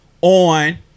on